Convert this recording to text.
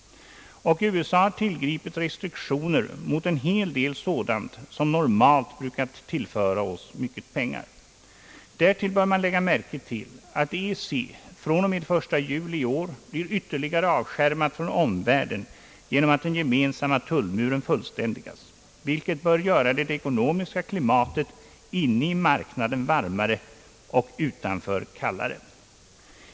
USA har tillgripit restriktioner mot en hel del sådant som normalt brukar tillföra oss mycket pengar. Därtill bör man lägga märke till att EEC fr.o.m. 1 juli blir ytterligare avskärmat från omvärlden genom att den gemensamma tullmuren fullständigas, vilket bör göra det ekonomiska klimatet inne i marknaden varmare och utanför kallare.